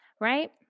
right